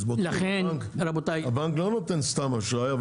הבנק לא נותן סתם אשראי.